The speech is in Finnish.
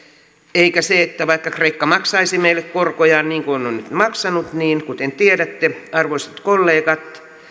ja vaikka kreikka maksaisi meille korkojaan niin kuin on maksanut niin kuten tiedätte arvoisat kollegat